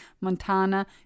Montana